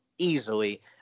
Easily